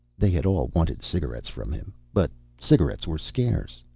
they had all wanted cigarettes from him. but cigarettes were scarce.